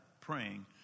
praying